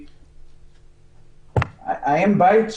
אם הבית,